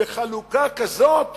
בחלוקה כזאת